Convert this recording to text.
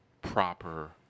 proper